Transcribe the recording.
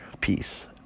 peace